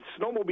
snowmobile